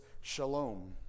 shalom